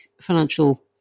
financial